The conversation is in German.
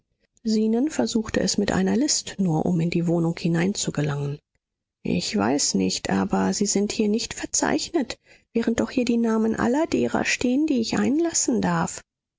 zenon versuchte es mit einer list nur um in die wohnung hineinzugelangen ich weiß nicht aber sie sind hier nicht verzeichnet während doch hier die namen aller derer stehen die ich einlassen darf